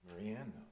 Marianne